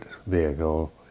Vehicle